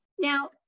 Now